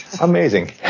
Amazing